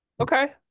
Okay